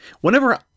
Whenever